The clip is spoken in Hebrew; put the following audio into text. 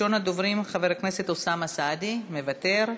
ראשון הדוברים, חבר הכנסת אוסאמה סעדי, מוותר.